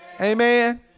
Amen